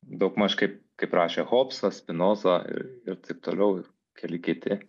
daugmaž kaip kaip rašė hobsas spinoza ir taip toliau keli kiti